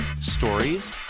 stories